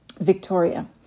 Victoria